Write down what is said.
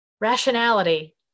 Rationality